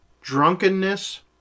drunkenness